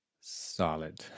solid